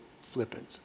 flippant